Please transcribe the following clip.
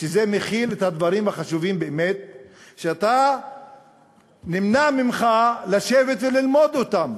שזה מכיל את הדברים החשובים באמת ונמנע ממך לשבת וללמוד אותם.